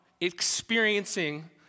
experiencing